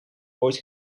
ooit